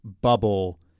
bubble